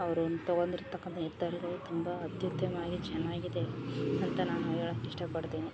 ಅವರು ತಗೋಂಡಿರ್ತಕ್ಕಂಥ ನಿರ್ಧಾರ್ಗಳು ತುಂಬ ಅತ್ಯುತ್ತಮಾಗಿ ಚೆನ್ನಾಗಿದೆ ಅಂತ ನಾನು ಹೇಳೊಕ್ ಇಷ್ಟ ಪಡ್ತೀನಿ